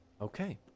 Okay